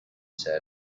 said